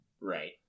Right